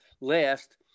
last